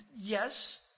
Yes